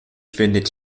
findet